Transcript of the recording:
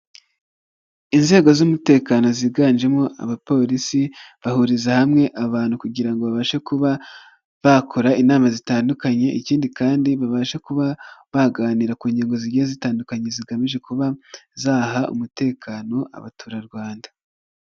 Inzego z'umutekano ziganjemo abapolisi bahuriza hamwe abantu kugira ngo babashe kuba bakora inama zitandukanye ikindi kandi babashe kuba baganira ku ngigo zigiye zitandukanye zigamije kuba zaha umutekano abaturarwanda.